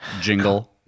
jingle